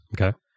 Okay